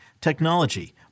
technology